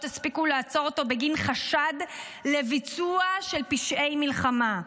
הספיקו לעצור אותו בגין חשד לביצוע של פשעי מלחמה.